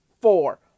four